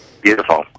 Beautiful